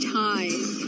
ties